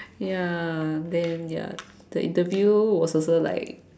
ya then ya the interview was also like